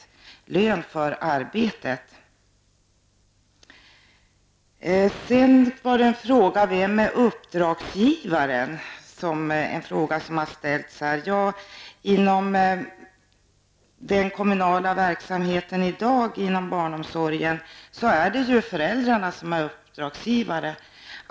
Sedan till den ställda frågan om uppdragsgivare. Ja, inom den kommunala barnomsorgen i dag är det ju föräldrarna som är uppdragsgivare.